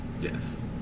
Yes